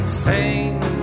sing